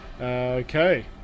okay